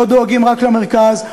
לא דואגים רק למרכז,